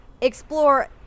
explore